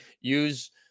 use